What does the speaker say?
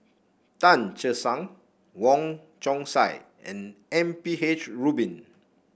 Tan Che Sang Wong Chong Sai and M P H Rubin